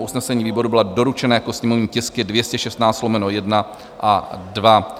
Usnesení výboru byla doručena jako sněmovní tisky 216/1 a 2.